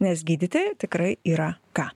nes gydyti tikrai yra ką